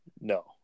No